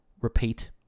repeat